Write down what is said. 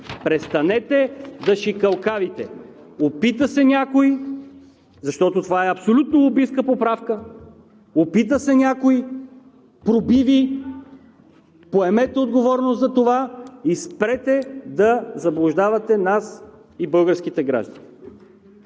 Престанете да шикалкавите! Опита се някой, защото това е абсолютно лобистка поправка, опита се някой, проби Ви. Поемете отговорност за това и спрете да заблуждавате нас и българските граждани.